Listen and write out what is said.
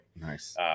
nice